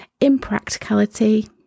impracticality